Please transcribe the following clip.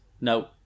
No